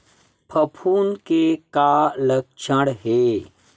फफूंद के का लक्षण हे?